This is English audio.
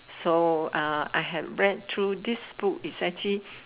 so uh I had read through this book it's actually